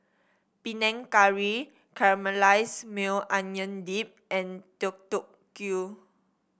Panang Curry Caramelized Maui Onion Dip and Deodeok Gui